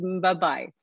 bye-bye